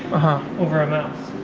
over a mouse?